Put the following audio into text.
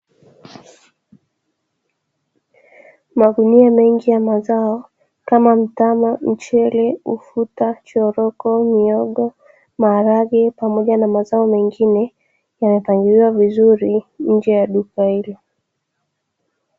Magunia mengi ya mazao kama mtama, mchele, ufuta, choroko, mihogo, maharage pamoja na mazao mengine, yamepangiwa vizuri nje ya duka hilo